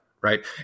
right